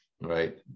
right